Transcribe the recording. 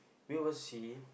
we will see